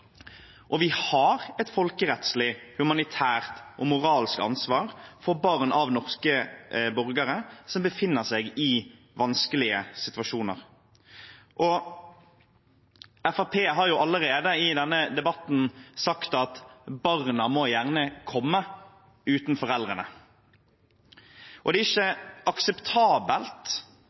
Vi har et folkerettslig, humanitært og moralsk ansvar for barn av norske borgere som befinner seg i vanskelige situasjoner. Fremskrittspartiet har allerede i denne debatten sagt at barna gjerne må komme, uten foreldrene. Det er ikke akseptabelt